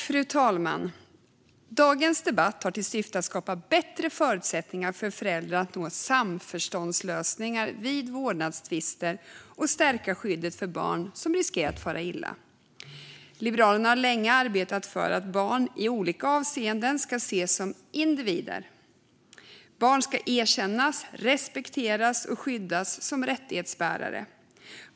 Fru talman! Syftet med denna debatt är att skapa bättre förutsättningar för föräldrar att nå samförståndslösningar vid vårdnadstvister och att stärka skyddet för barn som riskerar att fara illa. Liberalerna har länge arbetat för att barn i olika avseenden ska ses som individer. Barn ska erkännas, respekteras och skyddas som rättighetsbärare.